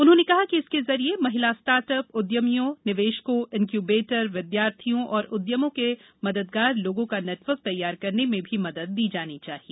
उन्होंने कहा कि इसके जरिए महिला स्टार्टअप उद्यमियों निवेशकों इन्क्यूबेटरों विद्यार्थियों और उदयमों के मददगार लोगों का नेटवर्क तैयार करने में भी मदद दी जानी चाहिए